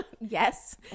Yes